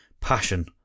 Passion